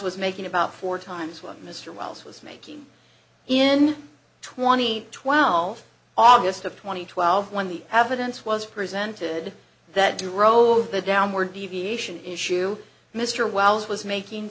was making about four times what mr wells was making in twenty twelve august of two thousand and twelve when the evidence was presented that drove the downward deviation issue mr wells was making